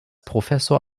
professor